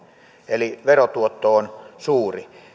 eli verotuotto on suuri